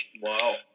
Wow